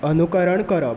अनुकरण करप